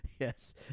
Yes